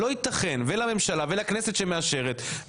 לממשלה ולכנסת שמאשרת.